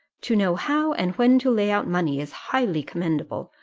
to know how and when to lay out money is highly commendable,